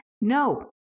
no